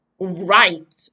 right